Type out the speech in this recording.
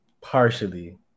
partially